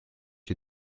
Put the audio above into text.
les